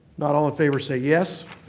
not, all in favor say yes?